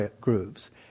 grooves